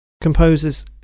composers